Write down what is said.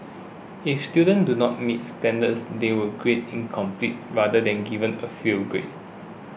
if students do not meet standards they were graded incomplete rather than given a fail grade